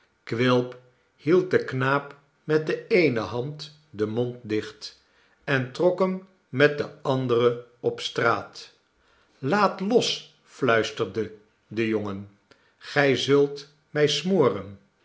quilp hield den knaap met de eene hand den mond dicht en trok hem met de andere op straat laat los fluisterde de jongen gij zult mij smoren